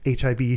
HIV